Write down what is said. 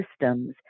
systems